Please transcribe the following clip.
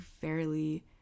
fairly